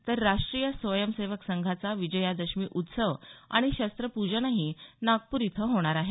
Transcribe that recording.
तर राष्ट्रीय स्वयंसेवक संघाचा विजयादशमी उत्सव आणि शस्त्रपूजनही नागपूर इथं होणार आहे